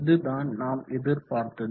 இதுதான் நாம் எதிர்பார்த்தது